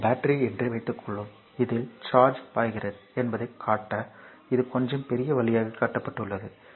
இது பேட்டரி என்று வைத்துக்கொள்வோம் இதில் சார்ஜ் பாய்கிறது என்பதைக் காட்ட இது கொஞ்சம் பெரிய வழியாக காட்டப்பட்டுள்ளது